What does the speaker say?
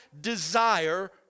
desire